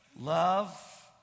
Love